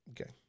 Okay